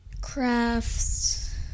crafts